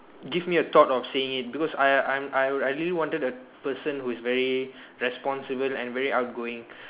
give me a thought of seeing it because I I I really wanted a person who is very responsible and very outgoing